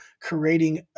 creating